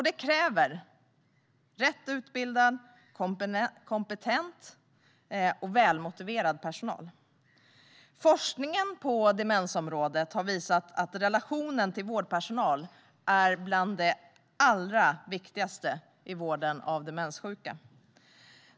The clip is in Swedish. Detta kräver rätt utbildad, kompetent och välmotiverad personal. Forskningen på demensområdet har visat att relationen till vårdpersonalen är bland det allra viktigaste i vården av demenssjuka.